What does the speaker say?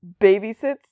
babysits